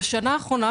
בשנה האחרונה,